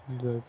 ଯ